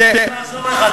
אני רוצה לעזור לך,